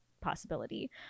possibility